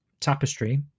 tapestry